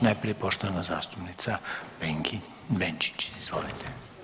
Najprije poštovana zastupnica Benčić, izvolite.